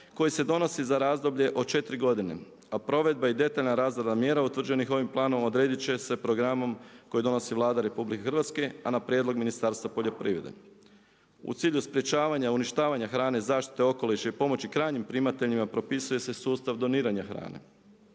koji se donosi za razdoblje od 4 godine a provedba i detaljna razrada mjera utvrđenih ovim planom odrediti će se programom koji donosi Vlada RH a na prijedlog Ministarstva poljoprivrede. U cilju sprječavanja uništavanja hrane i zaštite okoliša i pomoći krajnjim primateljima propisuje se sustav doniranja hrane.